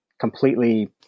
completely